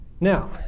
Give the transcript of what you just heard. Now